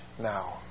now